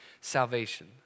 salvation